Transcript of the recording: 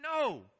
No